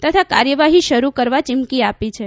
તથા કાર્યવાહી શરૂ કરવા ચીમકી આપી છે